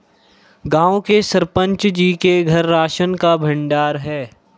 गांव के सरपंच जी के घर राशन का भंडार है